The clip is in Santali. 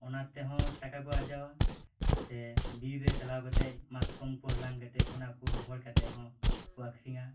ᱚᱱᱟ ᱛᱮᱦᱚᱸ ᱴᱟᱠᱟ ᱠᱚ ᱟᱨᱡᱟᱣᱟ ᱥᱮ ᱵᱤᱨ ᱨᱮ ᱪᱟᱞᱟᱣ ᱠᱟᱛᱮᱫ ᱢᱟᱛᱠᱚᱢ ᱠᱚ ᱦᱟᱞᱟᱝ ᱠᱟᱛᱮᱫ ᱚᱱᱟ ᱠᱚ ᱨᱚᱦᱚᱲ ᱠᱟᱛᱮᱫ ᱦᱚᱸ ᱠᱚ ᱟᱹᱠᱷᱨᱤᱧᱟ